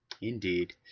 Indeed